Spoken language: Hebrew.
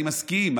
אני מסכים,